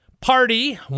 party